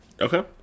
Okay